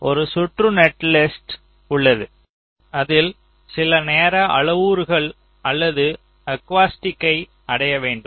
ஒரு சுற்று நெட்லிஸ்ட் உள்ளது அதில் சில நேர அளவுருக்கள் அல்லது அக்வாஸ்டிக்ஸ்யை அடைய வேண்டும்